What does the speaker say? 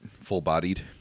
full-bodied